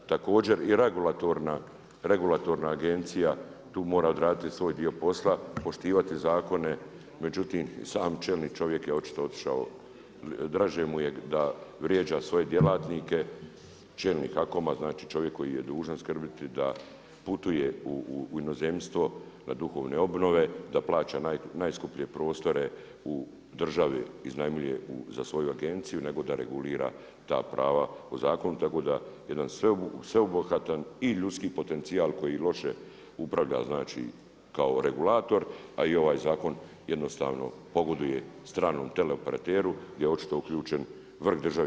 Također i regulatorna agencija tu mora odraditi svoj dio posla, poštivati zakone međutim i sam čelni čovjek je očito otišao, draže mu je da vrijeđa svoje djelatnike, čelnik HAKOM-a, znači čovjek koji je dužan skrbiti da putuje u inozemstvo na duhovne obnove, da plaća najskuplje prostore u državi, iznajmljuje za svoju agenciju nego da regulira ta prava u zakonu, tako da jedan sveobuhvatan i ljudski potencijal koji loše upravlja, znači kao regulator a i ovaj zakon jednostavno pogoduje stranom tele-operateru gdje je očito uključen vrh države.